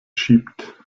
schiebt